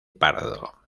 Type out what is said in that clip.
pardo